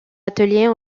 atelier